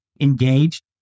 engaged